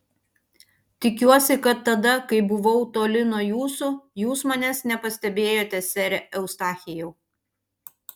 tikiuosi kad tada kai buvau toli nuo jūsų jūs manęs nepastebėjote sere eustachijau